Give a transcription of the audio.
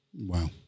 Wow